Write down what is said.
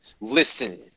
Listen